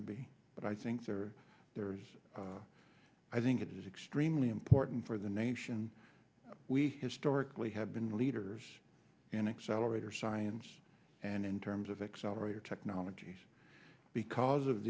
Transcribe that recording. to be but i think there are there's i think it's extremely important for the nation we historically had been leaders in accelerator science and in terms of accelerator technologies because of